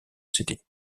city